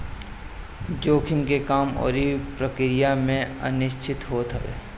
जोखिम के काम अउरी प्रक्रिया में अनिश्चितता होत हवे